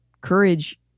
courage